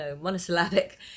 monosyllabic